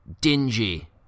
dingy